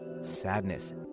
Sadness